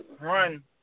run